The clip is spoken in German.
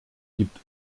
gibt